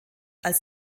als